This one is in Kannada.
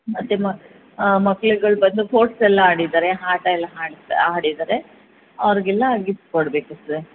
ಮತ್ತು ಮ ಮಕ್ಳುಗಳು ಬಂದು ಸ್ಪೋರ್ಟ್ಸ್ ಎಲ್ಲ ಆಡಿದ್ದಾರೆ ಆಟ ಎಲ್ಲ ಹಾ ಆಡಿದ್ದಾರೆ ಅವ್ರಿಗೆಲ್ಲ ಗಿಫ್ಟ್ ಕೊಡಬೇಕು ಸರ್